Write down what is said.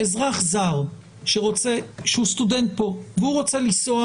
אזרח זר שהוא סטודנט כאן והוא רוצה לנסוע